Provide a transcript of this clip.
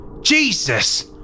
Jesus